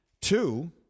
Two